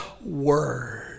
Word